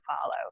follow